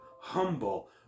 humble